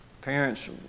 parents